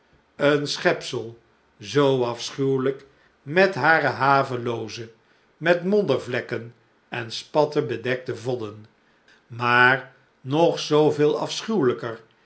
een schepsel zoo afschuwelijk met hare havelooze met moddervlekken en spatten bedekte vodden maar nog zooveel